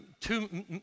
two